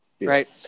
Right